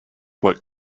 what